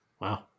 Wow